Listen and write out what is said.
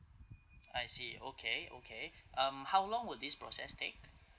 I see okay okay um how long will this process take